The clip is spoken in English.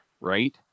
right